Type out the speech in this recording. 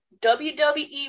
wwe